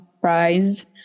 prize